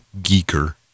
Geeker